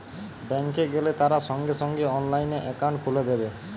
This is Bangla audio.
ব্যাঙ্ক এ গেলে তারা সঙ্গে সঙ্গে অনলাইনে একাউন্ট খুলে দেবে